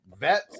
vets